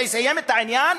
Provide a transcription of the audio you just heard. זה יסיים את העניין?